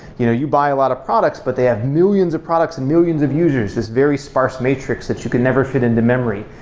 you know you buy a lot of products, but they have millions of products and millions of users, this very sparse matrix that you can never fit into memory.